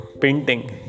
painting